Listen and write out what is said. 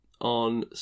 on